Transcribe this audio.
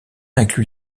inclut